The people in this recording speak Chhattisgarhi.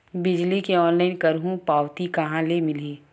बिजली के ऑनलाइन करहु पावती कहां ले मिलही?